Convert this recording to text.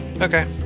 Okay